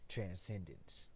Transcendence